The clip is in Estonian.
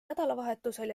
nädalavahetusel